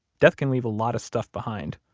death can leave a lot of stuff behind.